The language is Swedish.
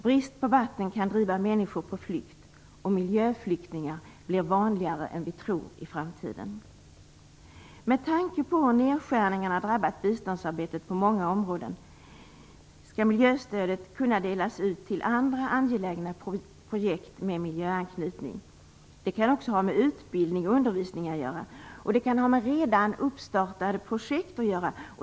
Brist på vatten kan driva människor på flykt, och miljöflyktingar blir vanligare än vi tror i framtiden. Med tanke att nedskärningarna har drabbat biståndet på många områden skall miljöstödet kunna delas ut till andra angelägna projekt med miljöanknytning. Det kan också ha med utbildning och undervisning att göra, och det kan med redan startade projekt att göra.